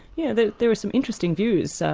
yeah there there were some interesting views. so